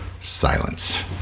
Silence